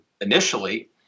initially